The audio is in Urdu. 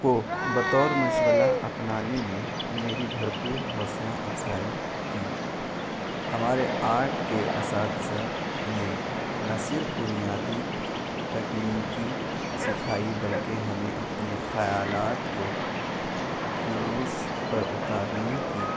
کو بطور مشغلہ اپنانے میں میری بھرپور حوصلہ افزائی کی ہمارے آرٹ کے اساتذہ نے نہ صرف بنیادی تکنیکی سکھائی بلکہ ہمیں اپنے خیالات کو کیینوز پر اتارنے کی